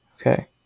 okay